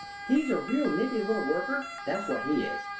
he's a real nippy little worker that's what he is!